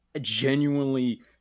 genuinely